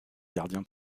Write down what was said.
gardien